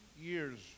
years